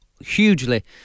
Hugely